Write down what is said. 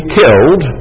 killed